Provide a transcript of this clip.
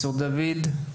בבקשה.